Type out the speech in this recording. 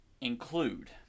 include